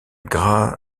gras